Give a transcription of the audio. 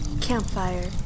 Campfire